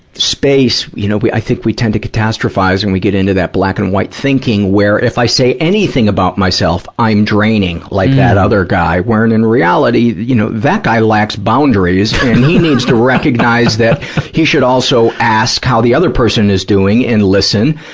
space, you know, i think we tend to catastrophize when we get into that black and white thinking where, if i say anything about myself, i'm draining like that other guy. where, in in reality, you know, that guy lacks boundaries, and he needs to recognize that he should also ask how the other person is doing and listen.